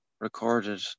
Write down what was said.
recorded